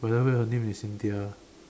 for example her name is Cynthia ah